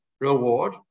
reward